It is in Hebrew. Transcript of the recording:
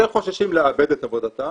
יותר חוששים לאבד את עבודתם.